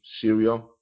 Syria